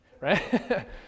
Right